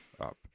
Up